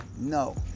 No